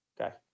Okay